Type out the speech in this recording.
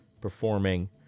performing